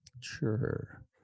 Sure